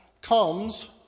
comes